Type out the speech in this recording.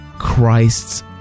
Christ's